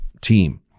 team